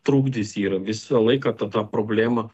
trukdis yra visą laiką ta ta problema